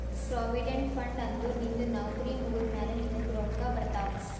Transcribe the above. provident fund ಅಂದುರ್ ನಿಂದು ನೌಕರಿ ಮುಗ್ದಮ್ಯಾಲ ನಿನ್ನುಗ್ ರೊಕ್ಕಾ ಬರ್ತಾವ್